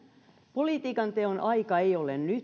politiikan teon aika ei ole nyt